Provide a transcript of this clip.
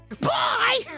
Bye